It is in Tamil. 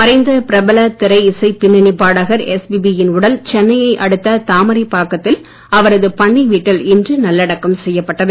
மறைந்த பிரபல திரைஇசை பின்னணிப் பாடகர் எஸ்பிபி யின் உடல் சென்னையை அடுத்த தாமரைப்பாக்கத்தில் அவரது பண்ணை வீட்டில் இன்று நல்லடக்கம் செய்யப்பட்டது